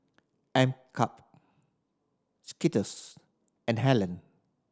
M KUP Skittles and Helen